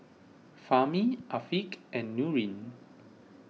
Fahmi Afiq and Nurin